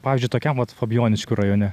pavyzdžiui tokiam vat fabijoniškių rajone